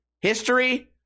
history